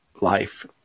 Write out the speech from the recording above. life